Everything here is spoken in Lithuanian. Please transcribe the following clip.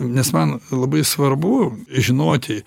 nes man labai svarbu žinoti